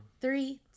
Three